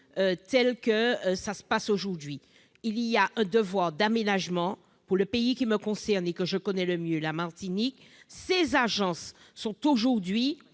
tel que cela se passe aujourd'hui. Il existe un devoir d'aménagement ; dans le pays qui me concerne et que je connais le mieux, la Martinique, ces agences sont aujourd'hui